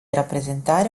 rappresentare